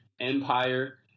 Empire